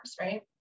right